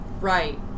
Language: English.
right